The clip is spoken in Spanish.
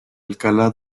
alcalá